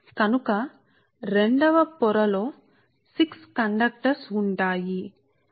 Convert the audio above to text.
కావున రెండవ పొర ఇది 6 కండక్టర్లు